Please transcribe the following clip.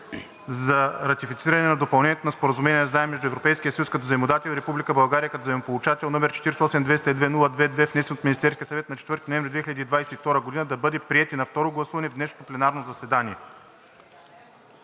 за ратифициране на Допълнението на Споразумението за заем между Европейския съюз като заемодател и Република България като заемополучател, № 48-202-02-2, внесен от Министерския съвет на 4 ноември 2022 г., да бъде приет и на второ гласуване в днешното пленарно заседание.